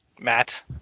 Matt